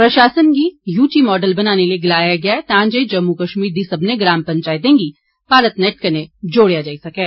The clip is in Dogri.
प्रशासन गी यूटी मॉडल बनाने लेई गलाया गेआ ऐ तां जे जम्मू कश्मीर दी सब्बने ग्राम पंचैतें गह भारत नेट कन्नै जोड़ेआ जाई सकै